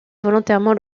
volontairement